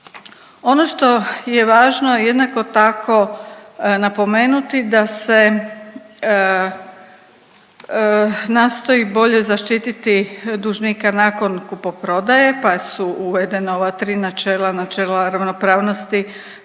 Ono što je važno jednako tako napomenuti da se nastoji bolje zaštiti dužnika nakon kupoprodaje pa su uvedena ova tri načela, načela ravnopravnosti,